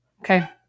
Okay